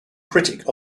critic